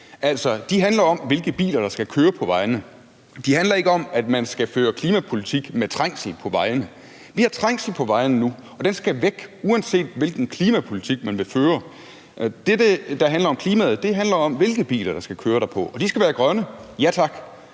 de handler om, hvilke biler der skal køre på vejene, de handler ikke om, at man skal føre klimapolitik med trængsel på vejene. Vi har trængsel på vejene nu, og den skal væk, uanset hvilken klimapolitik man vil føre. Det, der handler om klimaet, handler om, hvilke biler der skal køre på vejene, og de skal være grønne – ja tak.